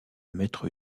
maître